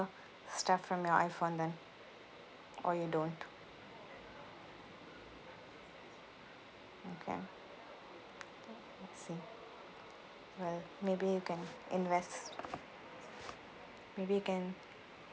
stuff from your iphone then or you don't okay I see well maybe you can invest maybe you can